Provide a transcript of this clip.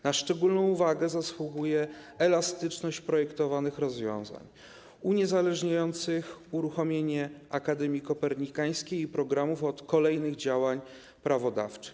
Na szczególną uwagę zasługuje elastyczność projektowanych rozwiązań uniezależniających uruchomienie Akademii Kopernikańskiej i jej programów od kolejnych działań prawodawczych.